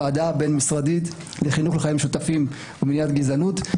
ועדה בין-משרדית לחינוך לחיים משותפים ולמניעת גזענות.